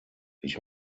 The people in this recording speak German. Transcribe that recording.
ich